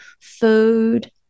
food